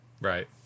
Right